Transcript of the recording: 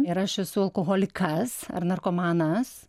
ir aš esu alkoholikas ar narkomanas